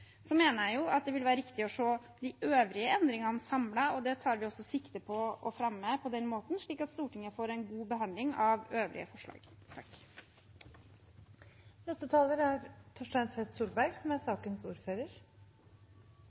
Så mener jeg at det vil være riktig å se de øvrige endringene samlet, og det tar vi også sikte på å fremme på den måten, slik at Stortinget får en god behandling av øvrige forslag. Jeg synes det er